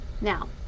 now